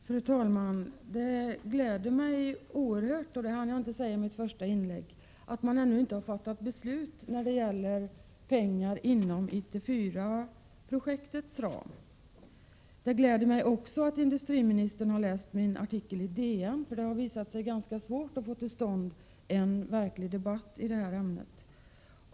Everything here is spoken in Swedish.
Fru talman! Det gläder mig oerhört mycket, vilket jag inte hann säga i mitt första inlägg, att man ännu inte har fattat beslut när det gäller pengar inom IT 4-projektets ram. Det gläder mig också att industriministern har läst min artikel i DN, eftersom det har visat sig ganska svårt att få till stånd en verklig debatt i detta ämne.